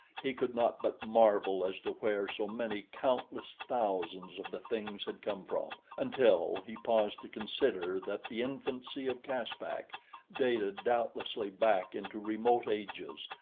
he could not but marvel as to where so many countless thousands of the things had come from, until he paused to consider that the infancy of caspak dated doubtlessly back into remote ages,